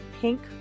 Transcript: pink